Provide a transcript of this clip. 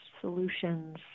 solutions